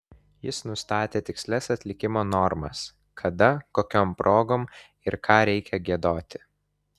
jis nustatė tikslias atlikimo normas kada kokiom progom ir ką reikia giedoti